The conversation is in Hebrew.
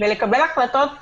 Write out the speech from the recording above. ולקבל החלטות נמהרות.